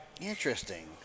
interesting